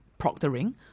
proctoring